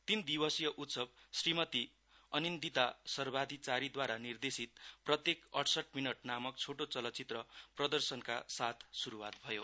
तीन दिवसीय उत्सव श्रीमती अनिन्दित सर्वाधियारीद्वारा निर्देशित प्रत्येक अइसट मिनट नाम छोरी चलचित्र प्रदर्शनका साथ सुरुवात भयो